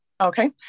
Okay